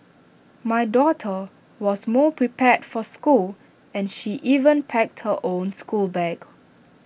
my daughter was more prepared for school and she even packed her own schoolbag